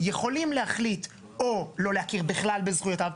יכולים להחליט או לא להכיר בכלל בזכויותיו,